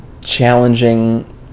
challenging